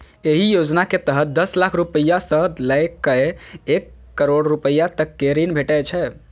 एहि योजना के तहत दस लाख रुपैया सं लए कए एक करोड़ रुपैया तक के ऋण भेटै छै